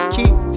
Keep